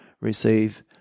receive